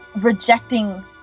rejecting